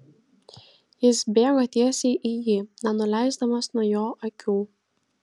jis bėgo tiesiai į jį nenuleisdamas nuo jo akių